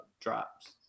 drops